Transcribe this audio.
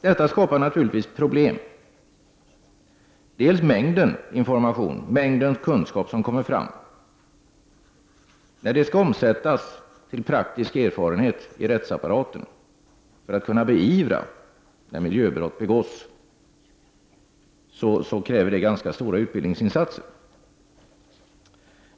Detta skapar naturligtvis problem, bl.a. när det gäller mängden information, mängden kunskap som kommer fram. När detta skall omsättas i praktisk erfarenhet i rättsapparaten, för att vi skall kunna beivra miljöbrott när sådana begås, krävs ganska stora utbildningsinsatser.